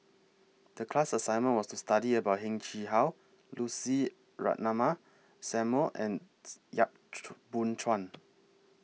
The class assignment was to study about Heng Chee How Lucy Ratnammah Samuel and Yap Boon Chuan